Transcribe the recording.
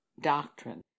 doctrine